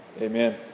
Amen